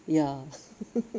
ya